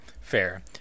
Fair